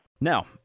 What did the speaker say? Now